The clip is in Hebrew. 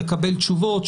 לקבל תשובות,